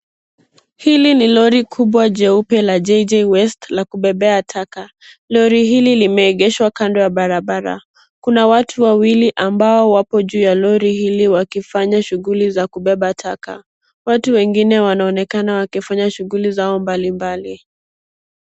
Hili ni lori kubwa jeupe la JJ waste, la kubebea taka. Lori hili limeegeshwa kando ya barabara. Kuna watu wawili ambao wapo juu ya lori hili wakifanya shughuli za kubeba taka. Watu wengine wanaonekana wakifanya shughuli zao mbalimbali.